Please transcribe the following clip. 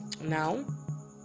now